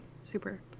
super